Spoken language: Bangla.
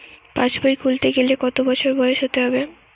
পাশবই খুলতে গেলে কত বছর বয়স হতে হবে?